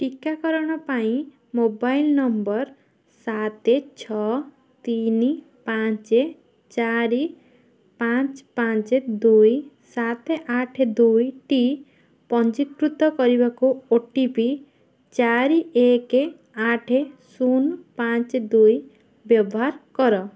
ଟୀକାକରଣ ପାଇଁ mobile number ସାତେ ଛଅ ତିନି ପାଞ୍ଚେ ଚାରି ପାଞ୍ଚ ପାଞ୍ଚ ଦୁଇ ସାତେ ଆଠେ ଦୁଇ ଟି ପଞ୍ଜିକୃତ କରିବାକୁ ଓ ଟି ପି ଚାରି ଏକେ ଆଠେ ଶୁନ ପାଞ୍ଚ ଦୁଇ ବ୍ୟବହାର କର